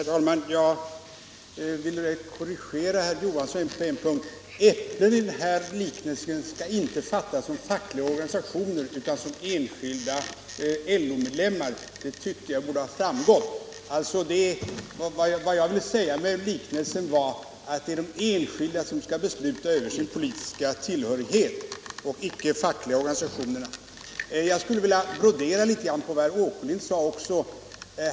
Herr talman! Jag vill direkt korrigera herr Johansson. Äpplen i den här liknelsen skall inte fattas som fackliga organisationer utan som enskilda LO-medlemmar — det tycker jag borde ha framgått. Vad jag ville säga med liknelsen var att det är de enskilda som skall besluta över sin politiska tillhörighet och icke de fackliga organisationerna. Jag skulle vilja brodera litet grand på vad herr Åkerlind sade.